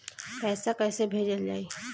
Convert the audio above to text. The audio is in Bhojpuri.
पैसा कैसे भेजल जाइ?